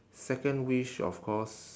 second wish of course